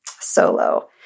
solo